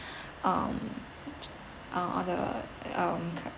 um uh or the uh